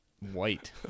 White